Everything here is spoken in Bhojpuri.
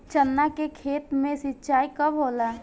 चना के खेत मे सिंचाई कब होला?